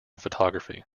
photography